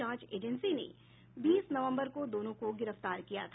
जांच एजेंसी ने बीस नवम्बर को दोनों को गिरफ्तार किया था